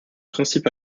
principes